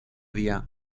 día